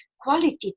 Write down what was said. quality